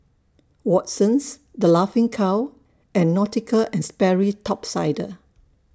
Watsons The Laughing Cow and Nautica and Sperry Top Sider